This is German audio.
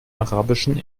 arabischen